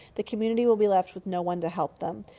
the community will be left with no one to help them.